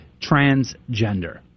transgender